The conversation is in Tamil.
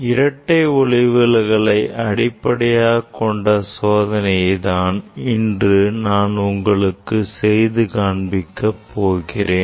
இரட்டை ஒளிவிலகலை அடிப்படையாகக் கொண்ட சோதனையை தான் இன்று நான் உங்களுக்கு செய்து காண்பிக்க போகிறேன்